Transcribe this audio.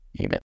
Amen